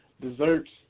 desserts